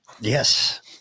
Yes